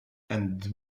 and